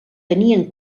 tenien